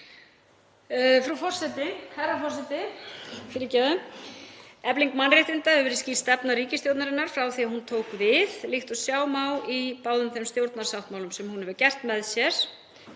frumkvæði. Herra forseti. Efling mannréttinda hefur verið skýr stefna ríkisstjórnarinnar frá því að hún tók við, líkt og sjá má í báðum þeim stjórnarsáttmálum sem hún hefur gert með sér,